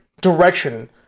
direction